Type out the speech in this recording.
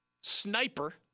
sniper